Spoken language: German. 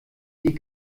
die